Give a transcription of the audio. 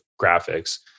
graphics